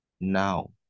Now